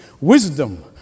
Wisdom